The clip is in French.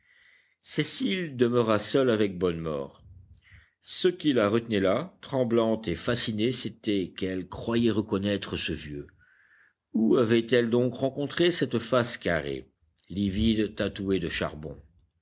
cécile demeura seule avec bonnemort ce qui la retenait là tremblante et fascinée c'était qu'elle croyait reconnaître ce vieux où avait-elle donc rencontré cette face carrée livide tatouée de charbon